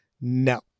no